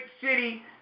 city